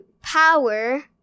power